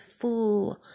fool